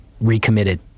recommitted